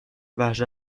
وحشت